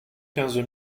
quinze